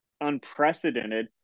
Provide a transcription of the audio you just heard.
unprecedented